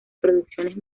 producciones